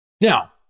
Now